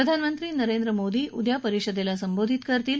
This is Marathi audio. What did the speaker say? प्रधानमंत्री नरेंद्र मोदी उद्या परिषदेला संबोधित करतील